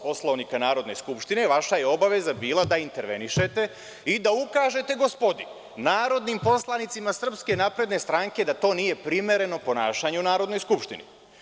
Poslovnika Narodne skupštine, vaša je obaveza bila da intervenišete i da ukažete gospodi narodnim poslanicima SNS, da to nije primereno ponašanje u Narodnoj skupštini.